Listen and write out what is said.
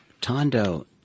Tondo